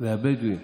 והבדואים